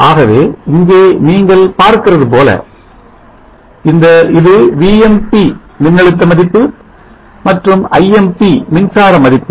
ஆகவே இங்கே நீங்கள் பார்க்கிறது போல இது Vmp மின்னழுத்த மதிப்பு மற்றும் Imp மின்சார மதிப்பு